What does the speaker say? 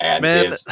Man